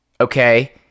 okay